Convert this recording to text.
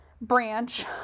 branch